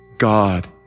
God